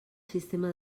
sistema